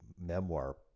memoir